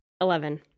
Eleven